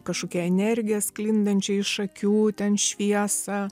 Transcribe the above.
kažkokią energiją sklindančią iš akių ten šviesą